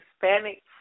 Hispanic